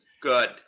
Good